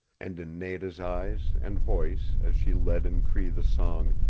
and in nada's eyes and voice as she led in cree the song,